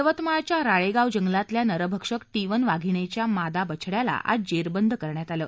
यवतमाळच्या राळेगाव जंगलातल्या नरभक्षक टी वन वाधिणीच्या मादा बछड्याला आज जेरबंद करण्यात आलं